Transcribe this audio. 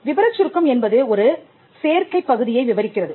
விபரச் சுருக்கம் என்பது ஒரு சேர்க்கைப் பகுதியை விவரிக்கிறது